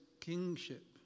kingship